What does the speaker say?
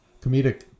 comedic